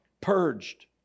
purged